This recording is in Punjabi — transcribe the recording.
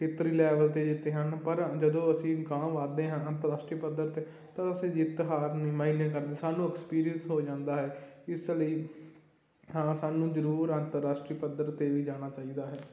ਖੇਤਰੀ ਲੈਵਲ 'ਤੇ ਜਿੱਤੇ ਹਨ ਪਰ ਜਦੋਂ ਅਸੀਂ ਅਗਾਂਹ ਵਧਦੇ ਹਾਂ ਅੰਤਰਰਾਸ਼ਟਰੀ ਪੱਧਰ 'ਤੇ ਤਾਂ ਅਸੀਂ ਜਿੱਤ ਹਾਰ ਨਹੀਂ ਮਾਈਨੇ ਕਰਦੇ ਸਾਨੂੰ ਐਕਸਪੀਰੀਐਂਸ ਹੋ ਜਾਂਦਾ ਹੈ ਇਸ ਲਈ ਹਾਂ ਸਾਨੂੰ ਜ਼ਰੂਰ ਅੰਤਰਰਾਸ਼ਟਰੀ ਪੱਧਰ 'ਤੇ ਵੀ ਜਾਣਾ ਚਾਹੀਦਾ ਹੈ